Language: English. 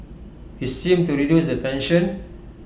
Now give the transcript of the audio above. he seemed to reduce the tension